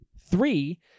Three